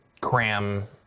cram